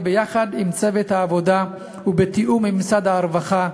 יחד עם צוות העבודה ובתיאום עם משרד הרווחה,